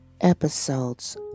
episodes